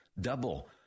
Double